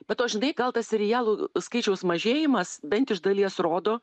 be to žinai gal tas serialų skaičiaus mažėjimas bent iš dalies rodo